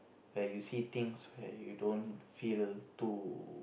where you see things where you don't feel to